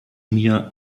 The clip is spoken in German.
mir